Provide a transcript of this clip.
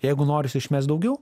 jeigu norisi išmest daugiau